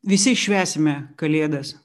visi švęsime kalėdas